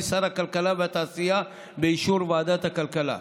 שר הכלכלה והתעשייה באישור ועדת הכלכלה.